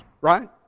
right